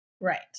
Right